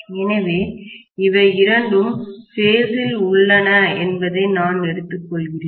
எனவே அவை இரண்டும் பேஸ் இல் உள்ளன என்பதை நான் எடுத்துக்கொள்கிறேன்